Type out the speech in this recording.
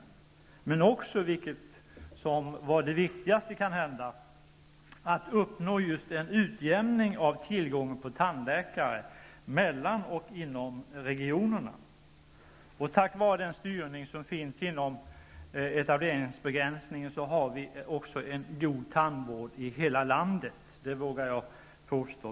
Men det var också, vilket måhända var det viktigaste, att uppnå just en utjämning av tillgången på tandläkare mellan och inom regionerna. Tack vare den styrning som finns inom etableringsbegränsningen har vi också en god tandvård i hela landet. Det vågar jag påstå.